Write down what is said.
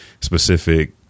Specific